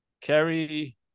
Kerry